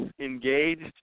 engaged